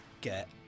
get